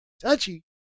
touchy